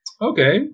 Okay